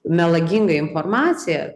melaginga informacija